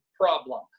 problem